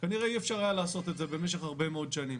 כנראה אי אפשר היה לעשות את זה במשך הרבה מאוד שנים.